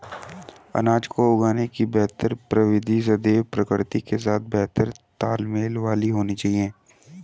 अनाज को उगाने की बेहतर प्रविधि सदैव प्रकृति के साथ बेहतर तालमेल वाली होनी चाहिए